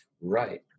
Right